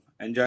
Enjoy